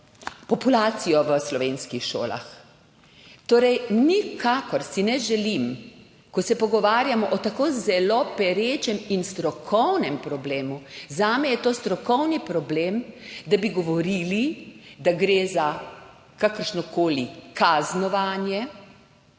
populacijo v slovenskih šolah. Nikakor si ne želim, ko se pogovarjamo o tako zelo perečem in strokovnem problemu, zame je to strokovni problem, da bi govorili, da gre za kakršnokoli kaznovanje